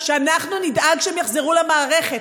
שאנחנו נדאג שהם יחזרו למערכת,